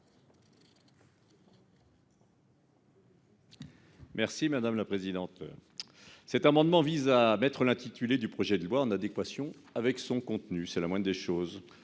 M. Daniel Salmon. Cet amendement vise à mettre l'intitulé du projet de loi en adéquation avec son contenu- c'est la moindre des choses